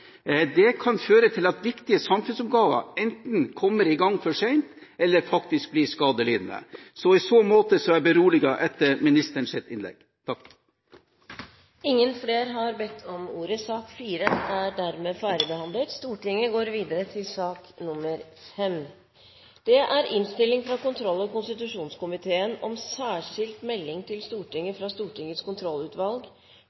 Det kan føre til at viktige samfunnsoppgaver enten kommer i gang for sent eller faktisk blir skadelidende. Så i så måte er jeg beroliget etter ministerens innlegg. Flere har ikke bedt om ordet til sak nr. 4. Etter ønske fra kontroll- og konstitusjonskomiteen vil presidenten foreslå at taletiden begrenses til 5 minutter til hver gruppe og 5 minutter til